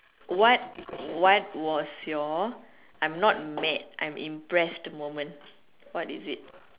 what what was your I'm not mad I'm impressed moment what is it